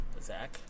Zach